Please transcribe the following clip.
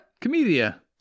Comedia